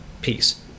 peace